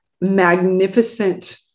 magnificent